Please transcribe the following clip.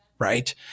right